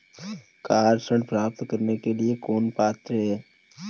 Car ऋण प्राप्त करने के लिए कौन पात्र है?